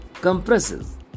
compresses